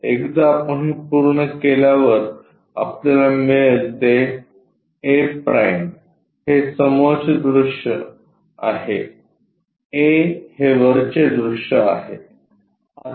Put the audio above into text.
एकदा आपण हे पूर्ण केल्यावरआपल्याला मिळेल ते a' हे समोरचे दृश्य आहे a हे वरचे दृश्य आहे